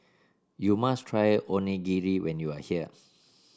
you must try Onigiri when you are here